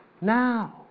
now